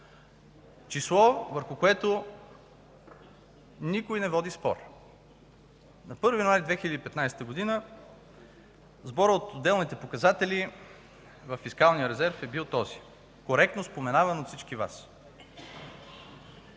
число, върху което никой не води спор. На 1 януари 2015 г. сборът от отделните показатели във фискалния резерв е бил този – коректно споменаван от всички Вас.